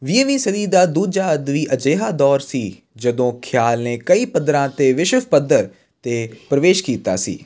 ਵੀਹਵੀਂ ਸਦੀ ਦਾ ਦੂਜਾ ਅੱਧ ਵੀ ਅਜਿਹਾ ਦੌਰ ਸੀ ਜਦੋਂ ਖ਼ਿਆਲ ਨੇ ਕਈ ਪੱਧਰਾਂ 'ਤੇ ਵਿਸ਼ਵ ਪੱਧਰ 'ਤੇ ਪ੍ਰਵੇਸ਼ ਕੀਤਾ ਸੀ